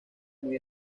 muy